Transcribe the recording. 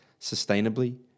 sustainably